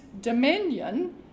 dominion